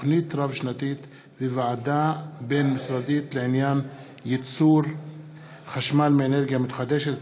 (תוכנית רב-שנתית וועדה בין-משרדית לעניין ייצור חשמל מאנרגיה מתחדשת),